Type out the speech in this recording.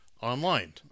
Online